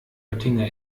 oettinger